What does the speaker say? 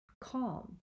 calm